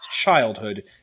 childhood